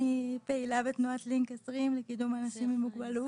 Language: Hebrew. אני פעילה בתנועת לינק 20 לקידום אנשים עם מוגבלות.